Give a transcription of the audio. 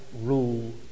rule